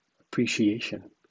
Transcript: Appreciation